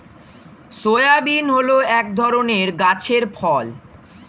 soybean হল এক ধরনের গাছের ফল